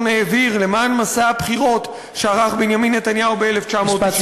העביר למען מסע הבחירות שערך בנימין נתניהו ב-1996.